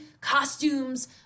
costumes